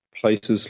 places